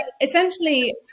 essentially